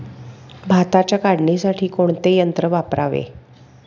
भाताच्या काढणीसाठी कोणते यंत्र वापरावे?